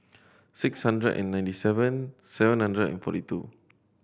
six hundred and ninety seven seven hundred and forty two